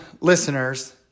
listeners